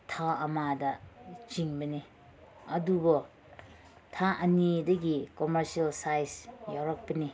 ꯊꯥ ꯑꯃꯗ ꯆꯤꯡꯕꯅꯤ ꯑꯗꯨꯕꯨ ꯊꯥ ꯑꯅꯤꯗꯒꯤ ꯀꯣꯃꯔꯁꯤꯌꯦꯜ ꯁꯥꯏꯖ ꯌꯧꯔꯛꯄꯅꯤ